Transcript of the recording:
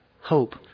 Hope